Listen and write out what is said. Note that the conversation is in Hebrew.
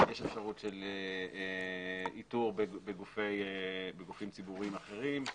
יש אפשרות של איתור בגופים ציבוריים אחרים,